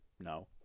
no